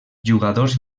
jugadors